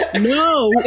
No